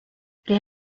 les